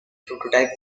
prototype